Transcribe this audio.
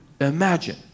imagine